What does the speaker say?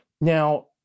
now